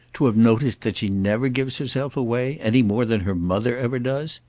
to have noticed that she never gives herself away, any more than her mother ever does?